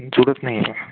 जुळत नाही आहे